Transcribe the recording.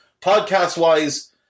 Podcast-wise